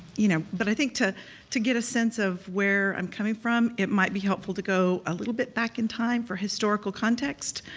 you know but, i think to to get a sense of where i'm coming from it might be helpful to go a little bit back in time for historical context.